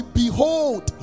behold